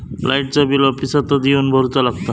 लाईटाचा बिल ऑफिसातच येवन भरुचा लागता?